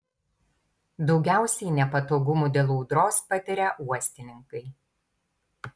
daugiausiai nepatogumų dėl audros patiria uostininkai